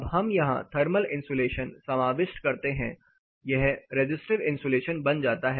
अब हम यहां थर्मल इंसुलेशन समाविष्ट करते हैं यह रिज़िस्टिव इंसुलेशन बन जाता है